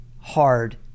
hard